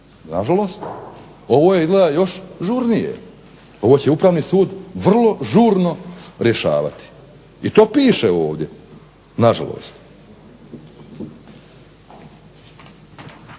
Nažalost, ovo je izgleda još žurnije, ovo će Upravni sud vrlo žurno rješavati. I to piše ovdje nažalost.